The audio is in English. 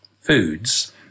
foods